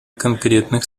конкретных